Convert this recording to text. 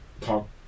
talk